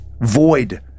void